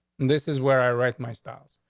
this is where i write my styles.